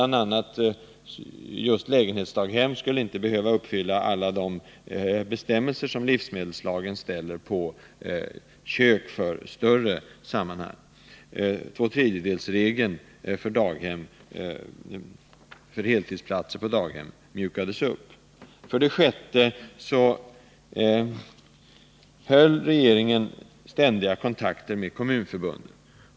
a. gjordes undantag för små daghem, t.ex. lägenhetsdaghem, när det gäller bestämmelserna i livsmedelslagen om kökets utrustning, och 2/3-regeln för heltidsplatser på daghem mjukades upp. För det sjätte höll regeringen ständiga kontakter med Kommunförbundet.